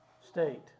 state